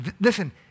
Listen